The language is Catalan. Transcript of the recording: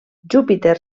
júpiter